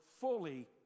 fully